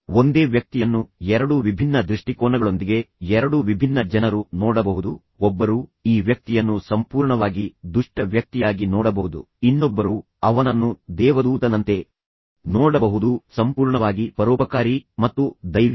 ಒಂದೇ ವ್ಯಕ್ತಿಯನ್ನು ಎರಡು ವಿಭಿನ್ನ ದೃಷ್ಟಿಕೋನಗಳೊಂದಿಗೆ ಎರಡು ವಿಭಿನ್ನ ಜನರು ನೋಡಬಹುದು ಒಬ್ಬರು ಈ ವ್ಯಕ್ತಿಯನ್ನು ಸಂಪೂರ್ಣವಾಗಿ ದುಷ್ಟ ವ್ಯಕ್ತಿಯಾಗಿ ನೋಡಬಹುದು ಇನ್ನೊಬ್ಬರು ಅವನನ್ನು ದೇವದೂತನಂತೆ ನೋಡಬಹುದು ಸಂಪೂರ್ಣವಾಗಿ ಪರೋಪಕಾರಿ ಮತ್ತು ದೈವಿಕ